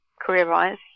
career-wise